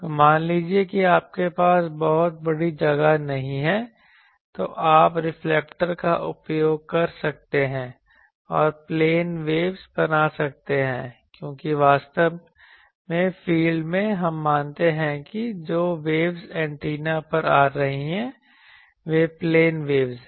तो मान लीजिए कि आपके पास बहुत बड़ी जगह नहीं है तो आप रिफ्लेक्टर का उपयोग कर सकते हैं और प्लेन वेव्स बना सकते हैं क्योंकि वास्तव में फील्ड में हम मानते हैं कि जो वेव्स एंटीना पर आ रही हैं वे प्लेन वेव्स हैं